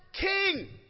king